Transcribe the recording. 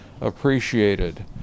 appreciated